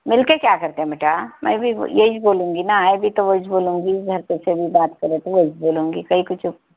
مل کے کیا کرتیں بیٹا میں بھی یہی بولوں گی نا ہے بھی تو وہ ہی بولوں گی گھر پہ سے بھی بات کرے تو وہی بولوں گی کائی کو چپ